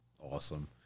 awesome